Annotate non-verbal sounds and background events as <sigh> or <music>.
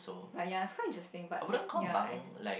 but ya it's quite interesting but <noise> ya I do